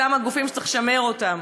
כמה גופים שצריך לשמר אותם,